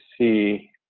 see